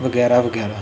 ਵਗੈਰਾ ਵਗੈਰਾ